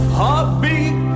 heartbeat